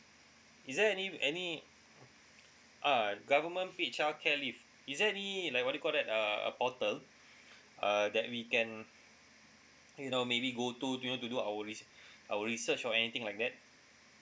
is there any any uh government paid childcare leave is there any like what do you call that uh a portal uh that we can you know maybe go to you know to do our res~ research or anything like that